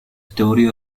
story